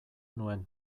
nuen